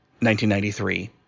1993